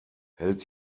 hält